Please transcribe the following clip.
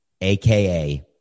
aka